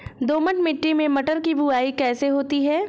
दोमट मिट्टी में मटर की बुवाई कैसे होती है?